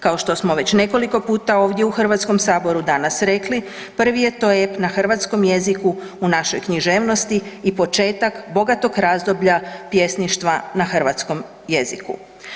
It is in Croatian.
Kao što smo već nekoliko puta ovdje u HS danas rekli, prvi je to ep na hrvatskom jeziku u našoj književnosti i početak bogatog razdoblja pjesništva na hrvatskom jeziku.